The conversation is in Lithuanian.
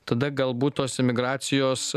tada galbūt tos imigracijos